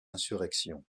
insurrection